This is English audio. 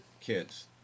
kids